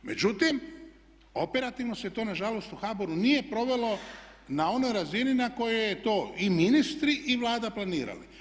Međutim, operativno se to nažalost u HBOR-u nije provelo na onoj razini na kojoj je to i ministri i Vlada planirali.